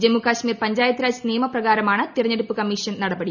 ജമ്മു കശ്മീർ പഞ്ചായത്തീരാജ് നിയമ പ്രകാരമാണ് തിരഞ്ഞെടുപ്പ് കമ്മീഷൻ നടപടി